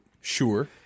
Sure